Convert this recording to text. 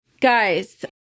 guys